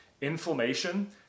inflammation